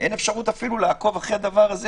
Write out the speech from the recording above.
אין אפשרות אפילו לעקוב אחרי הדבר הזה,